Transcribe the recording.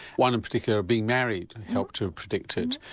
one in particular, being married, and helped to predict it.